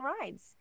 rides